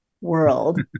world